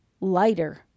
lighter